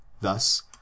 Thus